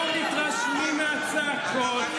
לא מתרשמים מהצעקות.